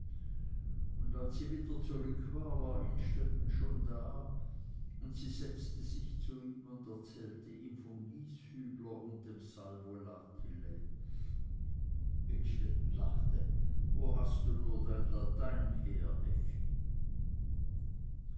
ab als sie wieder zurück war war innstetten schon da und sie setzte sich zu ihm und erzählte ihm von gieshübler und dem sal volatile innstetten lachte wo hast du nur dein latein her effi